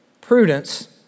prudence